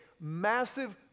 massive